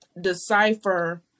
decipher